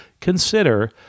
consider